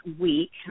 week